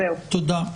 תודה.